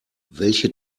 welche